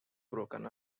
broken